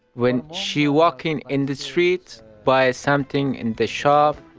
when she's walking in the street, buys something in the shop,